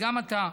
גם עתה,